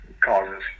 causes